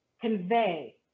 convey